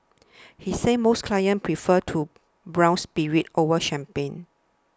he says most clients prefer to brown spirits over champagne